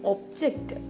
Object